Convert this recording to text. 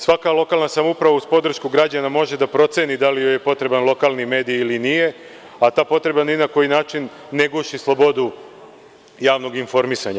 Svaka lokalna samouprava uz podršku građana može da proceni da li joj je potreban lokalni medij ili nije, a ta potreba ni na koji način ne guši slobodu javnog informisanja.